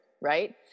right